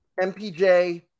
mpj